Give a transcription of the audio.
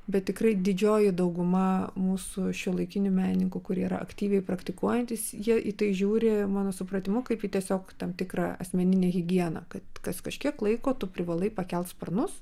bet tikrai didžioji dauguma mūsų šiuolaikinių menininkų kurie yra aktyviai praktikuojantys jie į tai žiūri mano supratimu kaip į tiesiog tam tikrą asmeninę higieną kad kas kažkiek laiko tu privalai pakelt sparnus